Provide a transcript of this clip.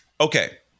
okay